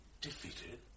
Defeated